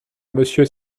monsieur